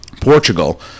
Portugal